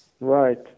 Right